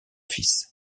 fils